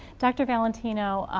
doctor valentino,